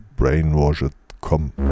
brainwashed.com